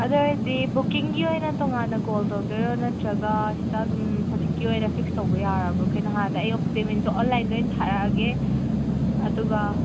ꯑꯗꯨ ꯑꯣꯏꯗꯤ ꯕꯨꯛꯀꯤꯡꯒꯤ ꯑꯣꯏꯅ ꯇꯣꯡꯉꯥꯟꯗ ꯀꯣꯜ ꯇꯧꯗꯣꯏꯔꯣ ꯅꯠꯇ꯭ꯔꯒ ꯁꯤꯗ ꯑꯗꯨꯝ ꯍꯧꯖꯤꯛꯀꯤ ꯑꯣꯏꯅ ꯐꯤꯛꯁ ꯇꯧꯕ ꯌꯥꯔꯕꯣ ꯀꯩꯅꯣ ꯍꯥꯏꯔꯕꯗ ꯑꯩ ꯄꯦꯃꯦꯟꯇꯣ ꯑꯣꯟꯂꯥꯏꯟꯗ ꯑꯣꯏꯅ ꯊꯥꯔꯛꯑꯒꯦ ꯑꯗꯨꯒ